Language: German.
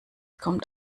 kommt